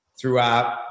throughout